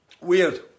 Weird